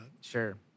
Sure